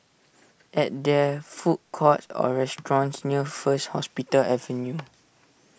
at there food courts or restaurants near First Hospital Avenue